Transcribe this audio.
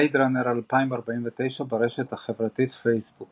בלייד ראנר 2049, ברשת החברתית פייסבוק